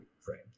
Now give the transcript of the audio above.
frame